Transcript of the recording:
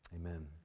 Amen